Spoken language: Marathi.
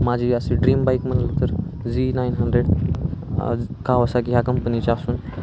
माझी अशी ड्रीम बाईक म्हटलं तर झी नाईन हंड्रेड कावसाकी ह्या कंपनीचे असून